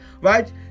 Right